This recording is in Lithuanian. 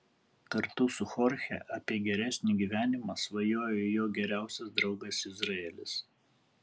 kartu su chorche apie geresnį gyvenimą svajoja jo geriausias draugas izraelis